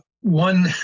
one